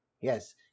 Yes